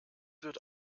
wird